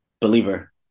believer